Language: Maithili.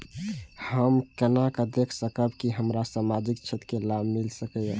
हम केना देख सकब के हमरा सामाजिक क्षेत्र के लाभ मिल सकैये?